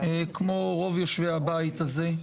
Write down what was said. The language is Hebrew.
כמו רוב יושבי הבית הזה,